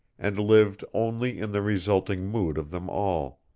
and lived only in the resulting mood of them all.